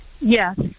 Yes